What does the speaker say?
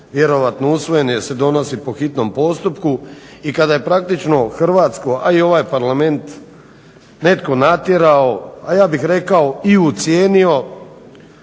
vjerojatno usvojen, jer se donosi po hitnom postupku, i kada je praktično hrvatsko, a i ovaj Parlament netko natjerao, a ja bih rekao i ucijenio,